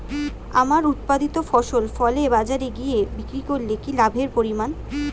আমার উৎপাদিত ফসল ফলে বাজারে গিয়ে বিক্রি করলে কি লাভের পরিমাণ?